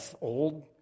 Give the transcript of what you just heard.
old